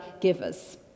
givers